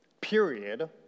period